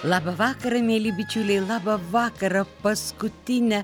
labą vakarą mieli bičiuliai labą vakarą paskutinę